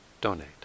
donate